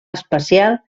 especial